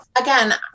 Again